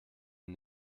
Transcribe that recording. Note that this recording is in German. ihn